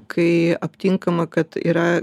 kai aptinkama kad yra